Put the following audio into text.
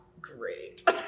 great